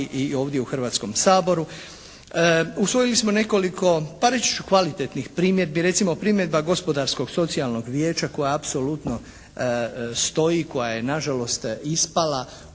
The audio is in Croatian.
i ovdje u Hrvatskom saboru. Usvojili smo nekoliko pa reći ću kvalitetnih primjedbi. Recimo primjedba Gospodarskog socijalnog vijeća koja apsolutno stoji,